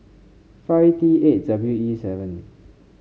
five T eight W E seven